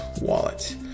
wallet